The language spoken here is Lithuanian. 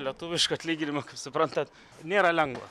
lietuvišką atlyginimą kaip suprantat nėra lengva